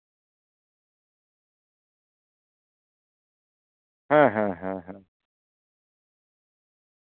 ᱦᱮᱸ ᱦᱮᱸ ᱦᱮᱸ